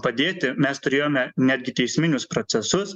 padėti mes turėjome netgi teisminius procesus